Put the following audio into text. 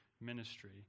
ministry